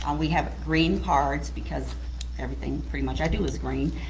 um we have green cards, because everything pretty much i do is green.